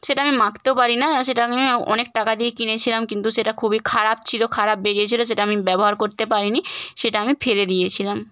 সেটা আমি মাখতেও পারি না সেটা আমি অনেক টাকা দিয়ে কিনেছিলাম কিন্তু সেটা খুবই খারাপ ছিল খারাপ বেরিয়েছিল সেটা আমি ব্যবহার করতে পারিনি সেটা আমি ফেলে দিয়েছিলাম